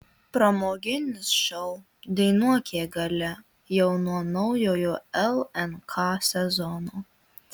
pramoginis šou dainuok jei gali jau nuo naujojo lnk sezono